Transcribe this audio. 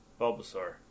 Bulbasaur